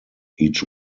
each